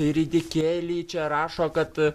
į ridikėlį čia rašo kad